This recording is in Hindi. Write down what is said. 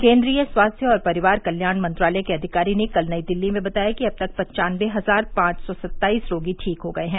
केन्द्रीय स्वास्थ्य और परिवार कल्याण मंत्रालय के अधिकारी ने कल नई दिल्ली में बताया कि अब तक पन्चानबे हजार पांच सौ सत्ताईस रोगी ठीक हो गए हैं